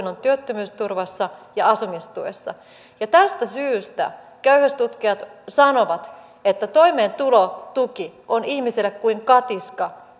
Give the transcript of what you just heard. on työttömyysturvassa ja asumistuessa tästä syystä köyhyystutkijat sanovat että toimeentulotuki on ihmiselle kuin katiska